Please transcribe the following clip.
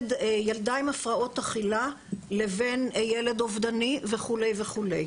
ילדה עם הפרעות אכילה לבין ילד אובדני, וכו'.